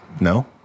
no